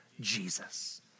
Jesus